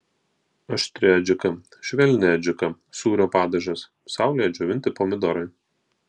aštri adžika švelni adžika sūrio padažas saulėje džiovinti pomidorai